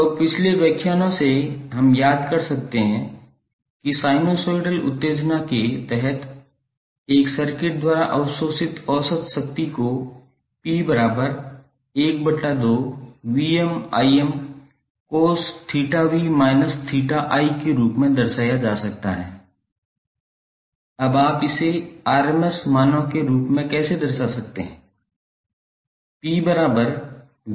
तो अब पिछले व्याख्यानों से हम याद कर सकते हैं कि साइनसोइडल उत्तेजना के तहत एक सर्किट द्वारा अवशोषित औसत शक्ति को 𝑃cos𝜃𝑣−𝜃𝑖 के रूप में दर्शाया जा सकता है अब आप इसे rms मानों के रूप में कैसे दर्शा सकते हैं